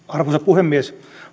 arvoisa puhemies